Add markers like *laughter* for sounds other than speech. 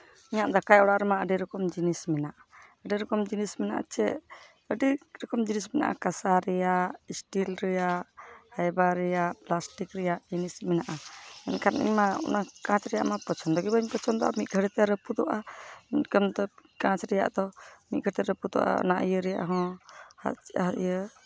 ᱤᱧᱟᱹᱜ ᱫᱟᱠᱟ ᱚᱲᱟᱜ ᱨᱮᱢᱟ ᱟᱹᱰᱤ ᱨᱚᱠᱚᱢ ᱡᱤᱱᱤᱥ ᱢᱮᱱᱟᱜᱼᱟ ᱟᱹᱰᱤ ᱨᱚᱠᱚᱢ ᱡᱤᱱᱤᱥ ᱢᱮᱱᱟᱜᱼᱟ ᱪᱮᱫ ᱟᱹᱰᱤ ᱨᱚᱠᱚᱢ ᱡᱤᱱᱤᱥ ᱢᱮᱱᱟᱜᱼᱟ ᱠᱟᱥᱟ ᱨᱮᱭᱟᱜ ᱤᱥᱴᱤᱞ ᱨᱮᱭᱟᱜ ᱯᱷᱟᱭᱵᱟᱨ ᱨᱮᱭᱟᱜ ᱯᱞᱟᱥᱴᱤᱠ ᱨᱮᱭᱟᱜ ᱡᱤᱱᱤᱥ ᱢᱮᱱᱟᱜᱼᱟ ᱢᱮᱱᱠᱷᱟᱱ ᱤᱧ ᱢᱟ ᱚᱱᱟ ᱠᱟᱸᱪ ᱨᱮᱱᱟᱜ ᱢᱟ ᱯᱚᱪᱷᱚᱱᱫᱚ ᱜᱮ ᱵᱟᱹᱧ ᱯᱚᱪᱷᱚᱱᱫᱚᱣᱟᱜᱼᱟ ᱢᱤᱫ ᱜᱷᱟᱹᱲᱤᱡ ᱛᱮ ᱨᱟᱹᱯᱩᱫᱚᱜᱼᱟ ᱢᱮᱱᱠᱷᱟᱱ ᱫᱚ ᱠᱟᱸᱪ ᱨᱮᱭᱟᱜ ᱫᱚ ᱢᱤᱫ ᱜᱷᱟᱹᱲᱤᱡ ᱛᱮ ᱨᱟᱹᱯᱩᱫᱚᱜᱼᱟ ᱚᱱᱟ ᱤᱭᱟᱹ ᱨᱮᱭᱟᱜ ᱦᱚᱸ *unintelligible* ᱤᱭᱟᱹ